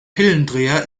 pillendreher